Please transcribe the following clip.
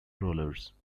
rollers